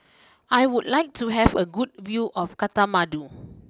I would like to have a good view of Kathmandu